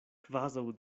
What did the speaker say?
kvazaŭ